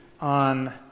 on